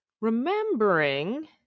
Remembering